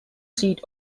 seat